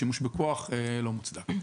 שימוש בכוח לא מוצדק.